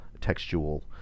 textual